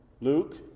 Luke